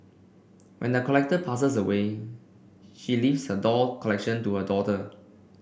when the collector passes away she leaves her doll collection to her daughter